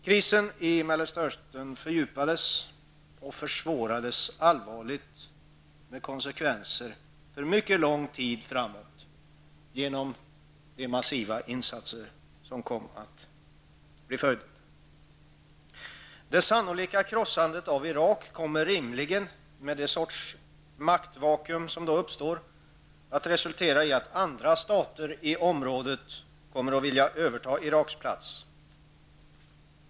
Krisen i Mellersta Östern fördjupades och försvårades allvarligt, vilket har fått konsekvenser för mycket lång tid framöver genom de massiva insatser som har kommit att bli följden av detta krig. Det sannolika krossandet av Irak, med den sorts maktvakuum som då uppstår, kommer rimligen att resultera i att andra stater i området vill överta Iraks plats.